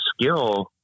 skill